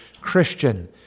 Christian